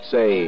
Say